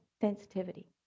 sensitivity